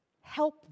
help